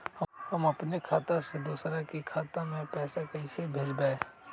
हम अपने खाता से दोसर के खाता में पैसा कइसे भेजबै?